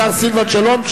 השר סילבן שלום,